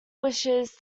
wishes